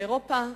באירופה,